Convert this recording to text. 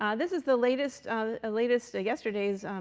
um this is the latest latest yesterday's,